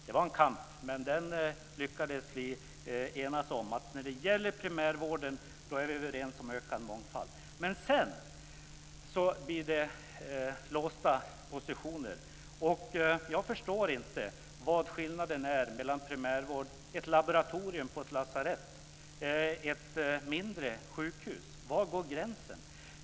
Det var en kamp, men vi lyckades enas; när det gäller primärvården är vi överens om ökad mångfald. Men sedan blir det låsta positioner. Jag förstår inte vad skillnaden är mellan ett laboratorium på ett lasarett och ett mindre sjukhus. Var går gränsen?